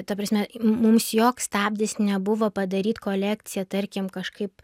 ta prasme mums joks stabdis nebuvo padaryt kolekciją tarkim kažkaip